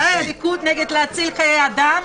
היועץ המשפטי יסביר.